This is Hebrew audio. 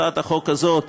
הצעת החוק הזאת,